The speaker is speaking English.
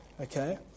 Okay